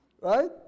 Right